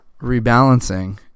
rebalancing